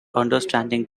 understanding